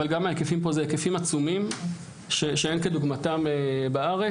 אבל גם ההיקפים פה זה היקפים עצומים שאין כדוגמתם בארץ